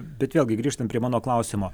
bet vėlgi grįžtam prie mano klausimo